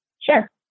Sure